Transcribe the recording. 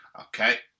Okay